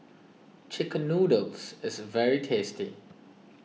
Chicken Noodles is very tasty